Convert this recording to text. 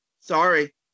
Sorry